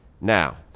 Now